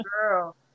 girl